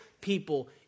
people